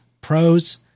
pros